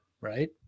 Right